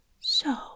So